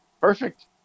perfect